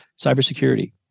cybersecurity